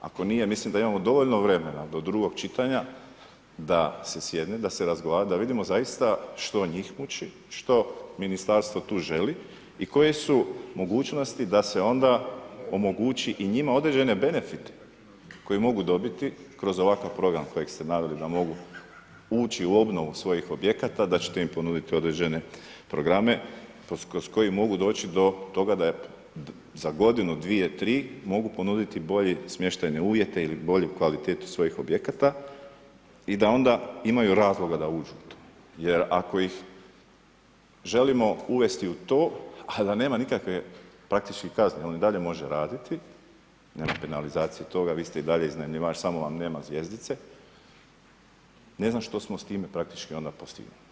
Ako nije, mislim da imamo dovoljno vremena do drugog čitanja da se sjedne, da se razgovara, da vidimo zaista što njih muči što njih muči, što ministarstvo tu želi i koje su mogućnosti da se onda omogući i njima određene benefite koje mogu dobiti kroz ovakav program kojeg ste naveli da mogu ući u obnovu svojih objekata, da ćete im ponuditi određene programe kroz koje mogu doći do toga da je za godinu, dvije, tri mogu ponuditi bolje smještajne uvjete ili bolju kvalitetu svojih objekata i da onda imaju razloga da uđu u to jer ako ih želimo uvesti u to a da ne nikakve praktički kazne, on i dalje može raditi, nema penalizacije toga, vi ste i dalje iznajmljivač samo vam nema zvjezdice, ne znam što smo s time praktički onda postigli.